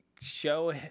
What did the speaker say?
show